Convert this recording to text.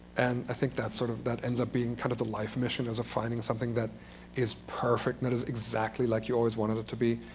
and i think that sort of that ends up being kind of the life mission as of finding something that is perfect and that is exactly like you always wanted it to be.